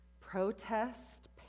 protest